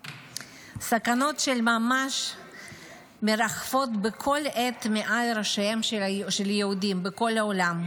סכנות של ממש מרחפות בכל עת מעל ראשיהם של יהודים בכל העולם,